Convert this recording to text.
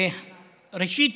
ראשית,